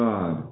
God